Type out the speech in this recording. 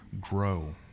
grow